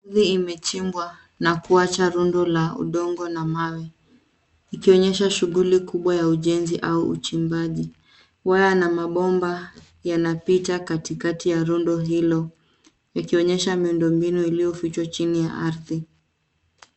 Ardhi imechimbwa na kuacha rundo la udongo na mawe, ikionyesha shughuli kubwa ya ujenzi au uchimbaji. Waya na mabomba yanapita katikati ya rundo hilo yakionyesha miundombinu iliyofichwa chini ya ardhi.